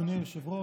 אדוני היושב-ראש.